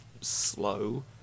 slow